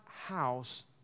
house